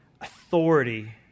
authority